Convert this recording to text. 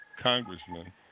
congressman